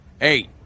Eight